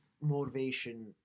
motivation